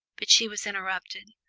but she was interrupted.